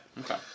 Okay